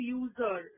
user